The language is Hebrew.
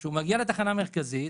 כשהוא מגיע לתחנה המרכזית.